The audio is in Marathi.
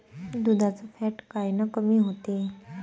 दुधाचं फॅट कायनं कमी होते?